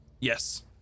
Yes